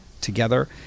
together